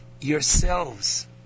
yourselves